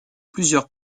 plusieurs